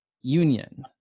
union